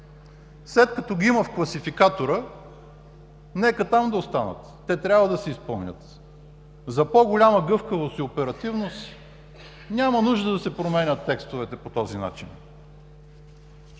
След като ги има в класификатора, нека там да останат, те трябва да се изпълнят. За по-голяма гъвкавост и оперативност няма нужда да се променят текстовете по този начин.